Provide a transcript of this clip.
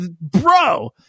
bro